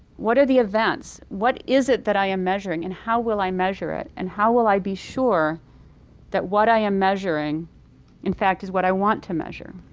what are the events? what is it that i am measuring and how will i measure it and how will i be sure that what i am measuring in fact is what i want to measure?